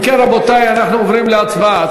אם כן, רבותי, אנחנו עוברים להצבעה.